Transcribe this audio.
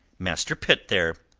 master pitt there,